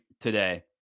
today